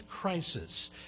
crisis